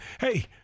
Hey